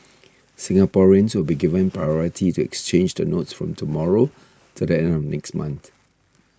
Singaporeans will be given priority to exchange the notes from tomorrow to the end of next month